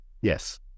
Yes